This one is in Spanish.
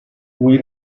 muy